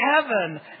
heaven